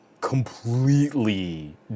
completely